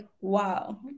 wow